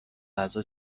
غذا